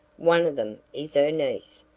one of them is her niece.